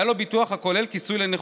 היה לו ביטוח הכולל כיסוי לנכות.